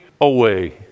away